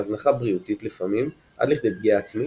להזנחה בריאותית לפעמים עד לכדי פגיעה עצמית,